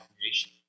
creation